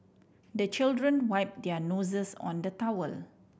the children wipe their noses on the towel